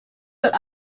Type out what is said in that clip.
but